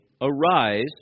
arise